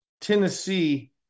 Tennessee